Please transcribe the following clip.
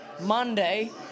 Monday